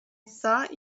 thought